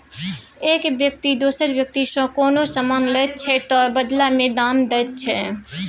एक बेकती दोसर बेकतीसँ कोनो समान लैत छै तअ बदला मे दाम दैत छै